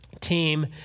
team